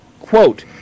Quote